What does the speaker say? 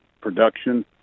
production